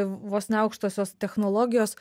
vos ne aukštosios technologijos